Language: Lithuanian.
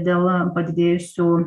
dėl padidėjusių